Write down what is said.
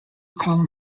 column